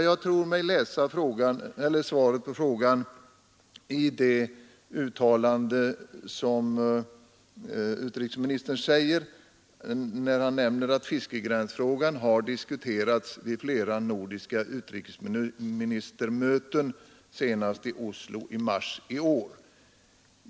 Jag tror mig kunna utläsa svaret på den frågan i utrikesministerns uttalande att fiskegränsfrågan har diskuterats vid flera nordiska utrikesministermöten, senast i Oslo i mars detta år.